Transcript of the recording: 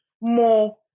more